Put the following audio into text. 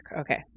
okay